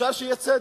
אפשר שיהיה צדק.